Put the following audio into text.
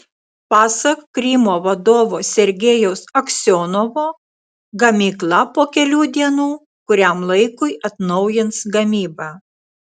pasak krymo vadovo sergejaus aksionovo gamykla po kelių dienų kuriam laikui atnaujins gamybą